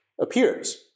appears